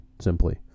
simply